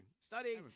studying